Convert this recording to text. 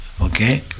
okay